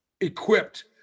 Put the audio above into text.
equipped